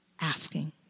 asking